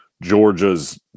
Georgia's